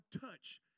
touch